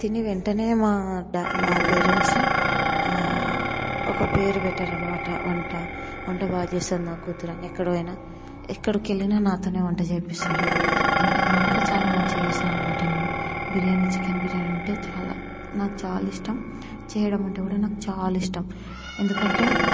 తిని వెంటనే మా బె మా పేరెంట్సు ఒక పేరు పెట్టారు అనమాట వంట వంట బాగా చేస్తుంది నా కూతురు అని ఎక్కడ పోయినా ఎక్కడికి వెళ్ళినా నాతోనే వంట చేయిస్తారు ఎంత ఎందుకంటే చాలా మంచిగా చేస్తాను అనమాట నేను బిర్యానీ చికెన్ బిర్యానీ అంటే చాలా నాకు చాలా ఇష్టం చేయడం అంటే కూడా నాకు చాలా ఇష్టం ఎందుకంటే